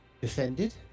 defended